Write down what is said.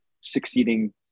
succeeding